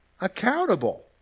Accountable